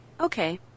Okay